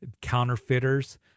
counterfeiters